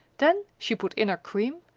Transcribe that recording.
then she put in her cream,